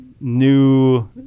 new